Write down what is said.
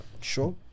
Sure